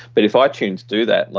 but if ah itunes do that,